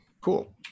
cool